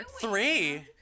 Three